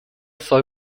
soll